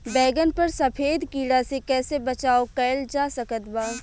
बैगन पर सफेद कीड़ा से कैसे बचाव कैल जा सकत बा?